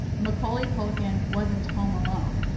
macaulay culkin wasn't home alone.